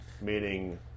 Meaning